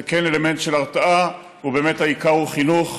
זה כן אלמנט של הרתעה, ובאמת העיקר הוא חינוך,